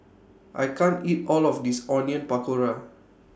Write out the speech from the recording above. I can't eat All of This Onion Pakora